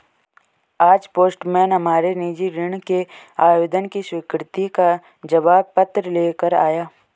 आज पोस्टमैन हमारे निजी ऋण के आवेदन की स्वीकृति का जवाबी पत्र ले कर आया